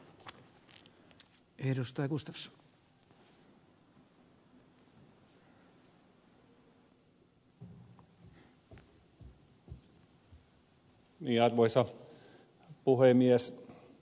arvoisa puhemies